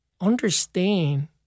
understand